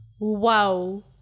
wow